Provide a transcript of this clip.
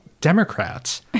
Democrats